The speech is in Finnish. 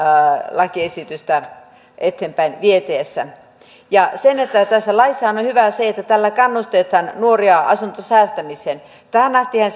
lakiesitystä eteenpäin vietäessä tässä laissahan on hyvää se että tällä kannustetaan nuoria asuntosäästämiseen tähän astihan